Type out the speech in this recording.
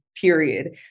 period